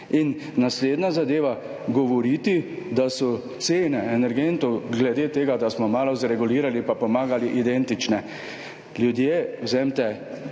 In naslednja zadeva, govoriti da so cene energentov glede tega, da smo malo zregulirali pa pomagali, identične. Ljudje, vzemite